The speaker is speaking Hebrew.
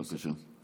בבקשה.